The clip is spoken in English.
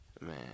Man